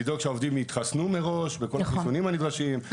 לדאוג שהעובדים יתחסנו מראש בכל החיסונים הנדרשים,